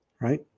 Right